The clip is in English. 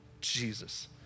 Jesus